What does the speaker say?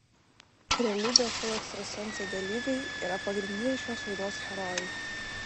realybės šou ekstrasensai dalyviai yra pagrindiniai šios laidos herojai